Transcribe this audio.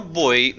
boy